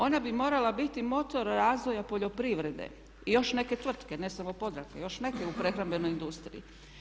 Ona bi morala biti motor razvoja poljoprivrede i još neke tvrtke, ne samo Podravka, još neke u prehrambenoj industriji.